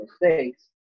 mistakes